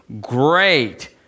great